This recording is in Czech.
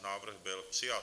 Návrh byl přijat.